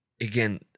again